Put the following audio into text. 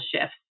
shifts